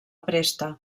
presta